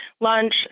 lunch